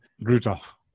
Rudolph